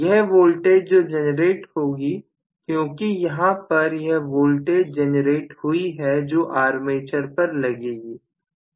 यह वोल्टेज जो जनरेट होगी क्योंकि यहां पर यह वोल्टेज जनरेट हुई है जो आर्मेचर पर लगेगी